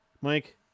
Mike